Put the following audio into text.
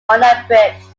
unabridged